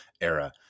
era